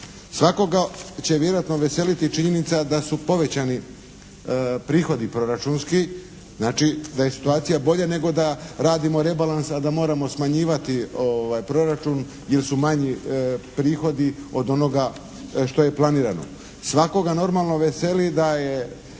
Svakoga će vjerojatno veseliti činjenica da su povećani prihodi proračunski, znači da je situacija bolje nego da radimo rebalans, a da moramo smanjivati proračun jer su manji prihodi od onoga što je planirano. Svakoga normalno veseli da je